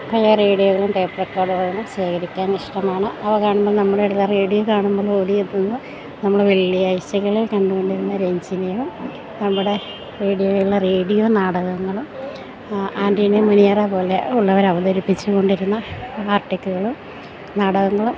പല റേഡിയകളും ടേപ്പ് റെക്കോട്കളും ശേഖരിക്കാൻ ഇഷ്ടമാണ് അവ കാണുമ്പം നമ്മുടെ എടേലാ റേഡിയോ കാണുമ്പം ഓടിയെത്ത്ന്ന നമ്മൾ വെള്ളിയാഴ്ചകളിൽ കണ്ടുകൊണ്ടിരുന്ന രഞ്ചിനിയും നമ്മുടെ റേഡിയോയിലുള്ള റേഡിയോ നാടകങ്ങളും ആൻ്റണി മുനിയറ പോലെ ഉള്ളവരവതരിപ്പിച്ച് കൊണ്ടിരുന്ന ആർട്ടിക്ക്കളും നാടകങ്ങളും